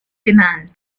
demands